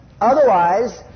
Otherwise